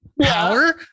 power